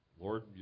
Lord